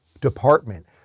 department